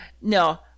no